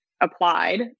applied